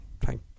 thank